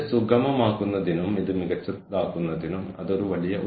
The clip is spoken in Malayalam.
ഇതിൽ നമുക്ക് നാല് വ്യത്യസ്ത വഴികളുണ്ട് അതിൽ നമുക്ക് കഴിവുകൾ കൈകാര്യം ചെയ്യാൻ കഴിയും